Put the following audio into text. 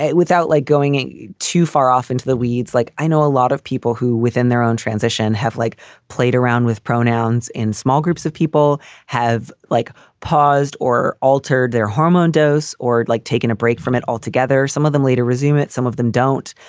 without like going too far off into the weeds, like i know a lot of people who within their own transition have like played around with pronouns in small groups of people have like paused or altered their hormone dose or like taken a break from it altogether. some of them later resume it, some of them don't.